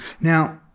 now